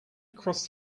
across